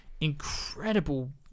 incredible